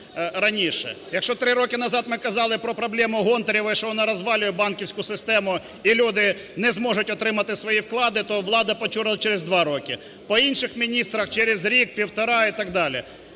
Якщо три роки назад ми казали про проблему Гонтаревої, що вона розвалює банківську систему і люди не зможуть отримати свої вклади, то влада почула через два роки, по інших міністрах через рік, півтора і так далі,